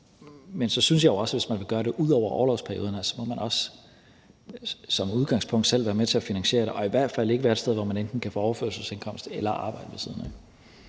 men så synes jeg jo også, at man, hvis man vil gøre det ud over orlovsperioderne, som udgangspunkt selv må være med til at finansiere det og i hvert fald ikke være et sted, hvor man enten kan få overførselsindkomst eller arbejde ved siden af.